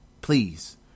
Please